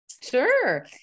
Sure